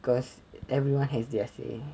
because everyone has their say